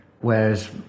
Whereas